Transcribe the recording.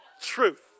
truth